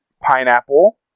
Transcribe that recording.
Pineapple